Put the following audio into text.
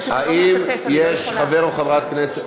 האם יש חבר או חברת כנסת?